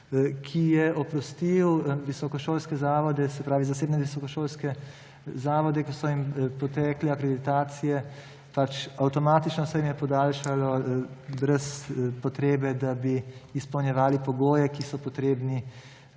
se pravi zasebne visokošolske zavode, ki so jim potekle akreditacije. Pač, avtomatično se jim je podaljšalo brez potrebe, da bi izpolnjevali pogoje, ki so potrebni